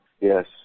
Yes